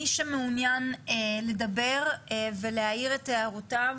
מי שמעוניין לדבר ולהעיר את הערותיו,